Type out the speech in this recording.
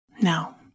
Now